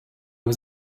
was